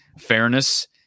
fairness